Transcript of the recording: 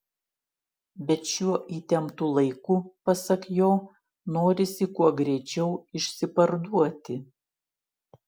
bet šiuo įtemptu laiku pasak jo norisi kuo greičiau išsiparduoti